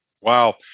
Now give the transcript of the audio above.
Wow